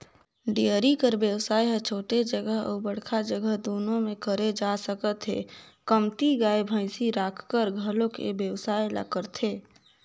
dairy कर बेवसाय ह छोटे जघा अउ बड़का जघा दूनो म करे जा सकत हे, कमती गाय, भइसी राखकर घलोक ए बेवसाय ल करथे